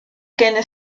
ken